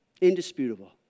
Indisputable